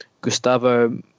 Gustavo